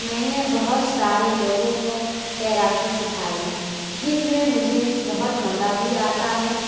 میں نے بہت سارے لوگوں کو تیراکی سکھائی جس میں مجھے بہت مزہ بھی آتا ہے